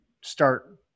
start